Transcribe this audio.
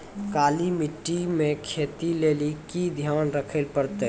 काली मिट्टी मे खेती लेली की ध्यान रखे परतै?